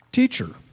Teacher